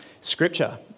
Scripture